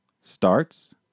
starts